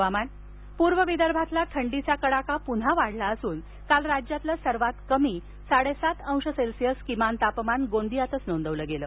हवामान पूर्व विदर्भातला थंडीचा कडाका पुन्हा वाढला असून काल राज्यातलं सर्वात कमी साडेसात अंश सेल्सीअस किमान तापमान गोंदियातच नोंदवलं गेलं